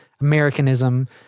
Americanism